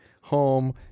home